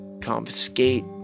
Confiscate